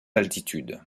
altitude